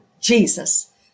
Jesus